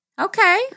Okay